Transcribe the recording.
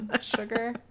sugar